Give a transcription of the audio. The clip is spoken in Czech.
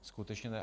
Skutečně ne.